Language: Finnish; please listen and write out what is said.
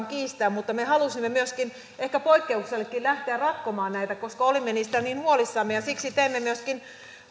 kiistää mutta me halusimme myöskin ehkä poikkeuksellisesti lähteä ratkomaan näitä koska olimme niistä niin huolissamme siksi teimme myöskin